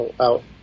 out